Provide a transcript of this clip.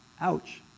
Ouch